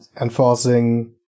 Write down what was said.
enforcing